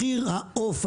מחיר העוף,